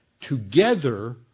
Together